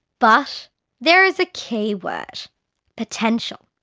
but there is a keyword potential.